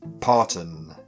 Parton